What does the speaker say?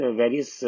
various